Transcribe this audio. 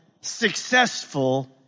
successful